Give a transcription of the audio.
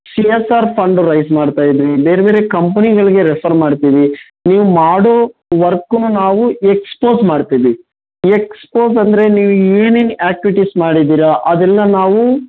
she S R fund raise ಮಾಡ್ತಾಯಿದ್ದೀವಿ ಬೇರೆ ಬೇರೆ ಕಂಪ್ನಿಗಳಿಗೆ ರೆಫರ್ ಮಾಡ್ತೀವಿ ನೀವು ಮಾಡೋ ವರ್ಕನ್ನ ನಾವು ಎಕ್ಸ್ಪೋಸ್ ಮಾಡ್ತೀವಿ ಎಕ್ಸ್ಪೋಸ್ ಅಂದರೆ ನೀವು ಏನೇನು ಆ್ಯಕ್ಟಿವಿಟೀಸ್ ಮಾಡಿದ್ದೀರಾ ಅದೆಲ್ಲ ನಾವು